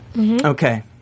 okay